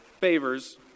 favors